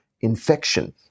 infection